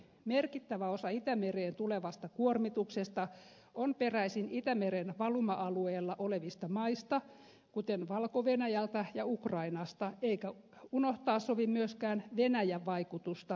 merkittävä osa itämereen tulevasta kuormituksesta on peräisin itämeren valuma alueella olevista maista kuten valko venäjältä ja ukrainasta eikä unohtaa sovi myöskään venäjän vaikutusta suomenlahden tilaan